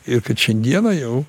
ir kad šiandieną jau